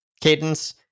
cadence